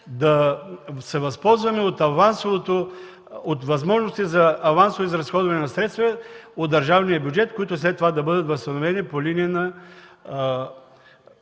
да се възползваме от възможностите за авансово изразходване на средства от държавния бюджет, които след това да бъдат възстановени по линия на